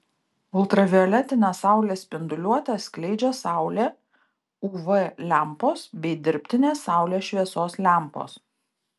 ultravioletinę saulės spinduliuotę skleidžia saulė uv lempos bei dirbtinės saulės šviesos lempos